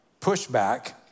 pushback